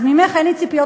אז ממך אין לי ציפיות,